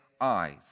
eyes